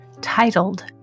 titled